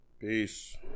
Peace